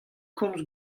komz